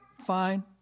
fine